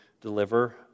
deliver